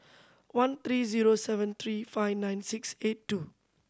one three zero seven three five nine six eight two